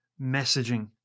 messaging